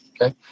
Okay